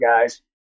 guys